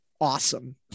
awesome